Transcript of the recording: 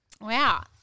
Wow